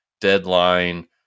deadline